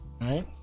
right